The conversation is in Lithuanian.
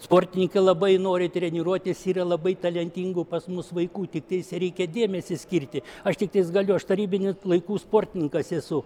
sportininkai labai nori treniruotis yra labai talentingų pas mus vaikų tiktais reikia dėmesį skirti aš tiktai galiu aš tarybinių laikų sportininkas esu